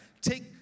Take